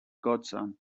godson